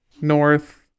North